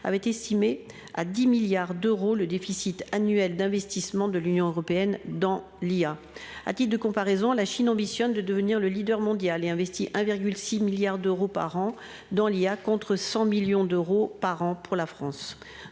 avait estimé à 10 milliards d'euros le déficit annuel d'investissement de l'Union européenne Dans LIA à de comparaison la Chine ambitionne de devenir le leader mondial et investit 1,6 milliards d'euros par an dans l'IA contre 100 millions d'euros par an pour la France.